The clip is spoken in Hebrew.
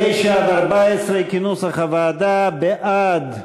9 14, כנוסח הוועדה, בעד,